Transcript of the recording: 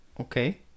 Okay